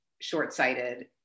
short-sighted